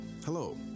Hello